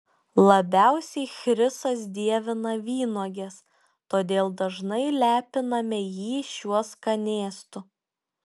labiausiai chrisas dievina vynuoges todėl dažnai lepiname jį šiuo skanėstu